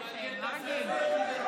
לא יפה, מרגי.